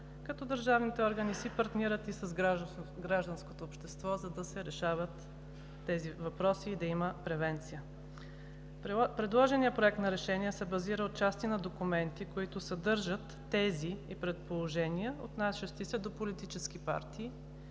като държавните органи си партнират и с гражданското общество, за да се решават тези въпроси и да има превенция. Предложеният Проект на решение се базира отчасти на документи, които съдържат тези и предположения, отнасящи се до политически партии